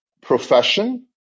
profession